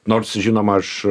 nors žinoma aš